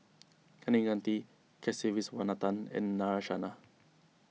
Kaneganti Kasiviswanathan and Narayana